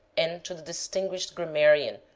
and to the distinguished grammarian,